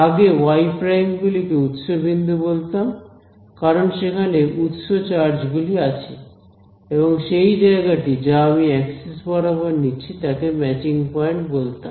আগে Y prime গুলিকে উৎস বিন্দু বলতাম কারণ সেখানে উৎস চার্জ গুলি আছে এবং সেই জায়গাটি যা আমি অ্যাক্সিস বরাবর নিচ্ছি তাকে ম্যাচিং পয়েন্ট বলতাম